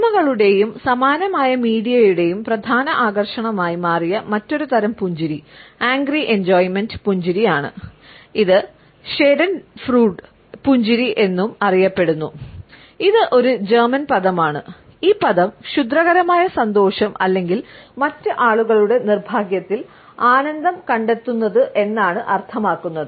സിനിമകളുടെയും സമാനമായ മീഡിയയുടെയും പ്രധാന ആകർഷണമായി മാറിയ മറ്റൊരു തരം പുഞ്ചിരി ആങ്ഗ്രി എൻജോയമൻറ്റ് പദമാണ് ഈ പദം ക്ഷുദ്രകരമായ സന്തോഷം അല്ലെങ്കിൽ മറ്റ് ആളുകളുടെ നിർഭാഗ്യത്തിൽ ആനന്ദം കണ്ടെത്തുന്നത് എന്നാണ് അർത്ഥമാക്കുന്നത്